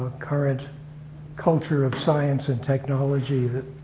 ah current culture of science and technology that